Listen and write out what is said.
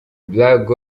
black